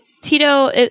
Tito